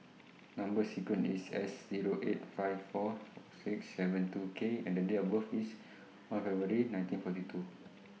Number sequence IS S Zero eight five four four six seven two K and The Date of birth IS one February nineteen forty two